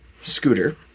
scooter